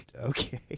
Okay